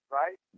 right